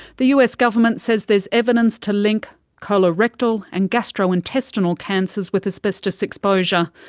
the us government says there's evidence to link colorectal and gastrointestinal cancers with asbestos exposure.